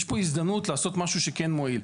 יש פה הזדמנות לעשות משהו שכן מועיל.